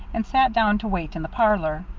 and sat down to wait in the parlor.